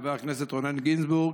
חבר הכנסת רונן גינזבורג,